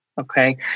Okay